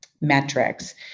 metrics